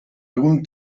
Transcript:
algún